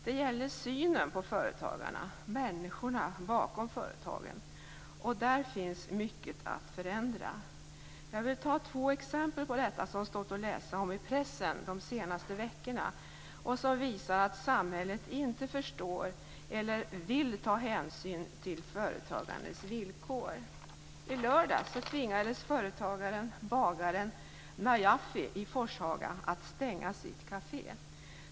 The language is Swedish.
Det gäller synen på företagarna, människorna bakom företagen. Och där finns mycket att förändra. Jag vill ta två exempel på detta som stått att läsa i pressen de senaste veckorna och som visar att samhället inte förstår eller vill ta hänsyn till företagandets villkor: Forshaga att stänga sitt kafé.